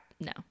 no